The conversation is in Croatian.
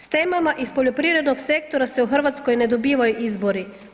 S temama iz poljoprivrednog sektora se u Hrvatskoj ne dobivaju izbori.